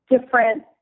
different